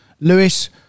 Lewis